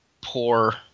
poor